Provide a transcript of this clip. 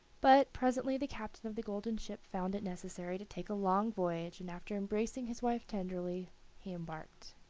but, presently, the captain of the golden ship found it necessary to take a long voyage, and after embracing his wife tenderly he embarked.